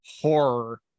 horror